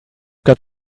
got